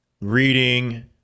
reading